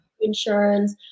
insurance